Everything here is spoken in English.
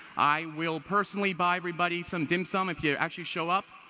i will personally buy everybody some dim sum, if you actually show up,